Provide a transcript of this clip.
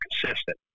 consistent